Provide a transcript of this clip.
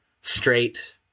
straight